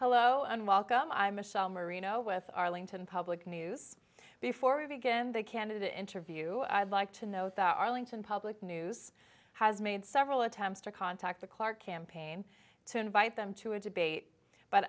hello and welcome i'm michel merino with arlington public news before we begin our candid interview i'd like to know the arlington public news has made several attempts to contact the clark campaign to invite them to a debate but